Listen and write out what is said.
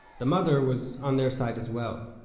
the mother was on their side as well,